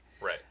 Right